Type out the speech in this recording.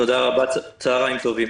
תודה רבה, צוהריים טובים.